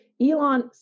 Elon